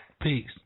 Peace